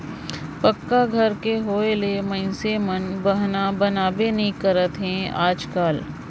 पक्का घर कर होए ले मइनसे मन बहना बनाबे नी करत अहे आएज काएल